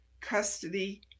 custody